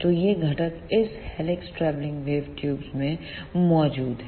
तो ये घटक इस हेलिक्स ट्रैवलिंग वेव ट्यूब में मौजूद हैं